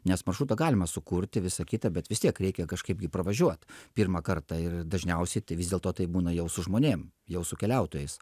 nes maršrutą galima sukurti visą kita bet vis tiek reikia kažkaip jį pravažiuot pirmą kartą ir dažniausiai tai vis dėlto tai būna jau su žmonėm jau su keliautojais